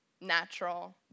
natural